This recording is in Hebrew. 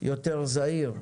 יותר זהיר.